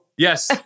Yes